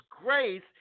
grace